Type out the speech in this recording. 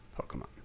Pokemon